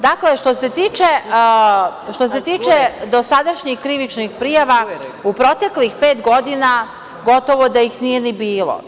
Dakle, što se tiče dosadašnjih krivičnih prijava u proteklih pet godina gotovo da ih nije ni bilo.